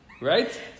right